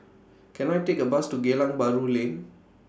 Can I Take A Bus to Geylang Bahru Lane